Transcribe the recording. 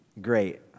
Great